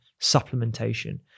supplementation